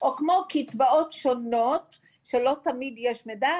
או כמו קצבאות שונות שלא תמיד יש מידע,